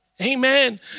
Amen